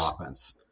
offense